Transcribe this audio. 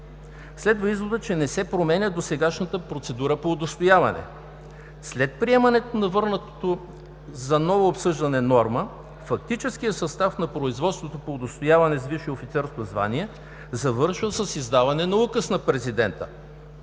следва изводът, че не променя досегашната процедура по удостояване. След приемането на върнатата за ново обсъждане норма, фактическият състав на производството по удостояване с висше офицерско звание завършва с издаване на Указ на президента